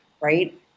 right